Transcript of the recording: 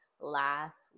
last